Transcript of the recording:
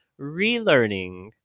relearning